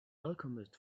alchemist